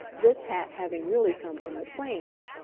this hat having really come from the plains,